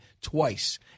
twice